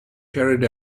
carried